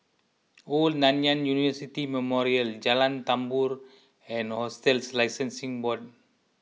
Old Nanyang University Memorial Jalan Tambur and Hotels Licensing Board